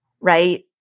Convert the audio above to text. right